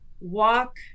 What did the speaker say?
walk